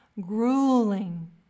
Grueling